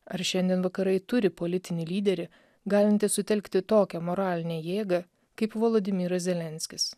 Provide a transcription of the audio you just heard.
ar šiandien vakarai turi politinį lyderį galintį sutelkti tokią moralinę jėgą kaip voladimiras zelenskis